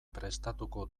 prestatuko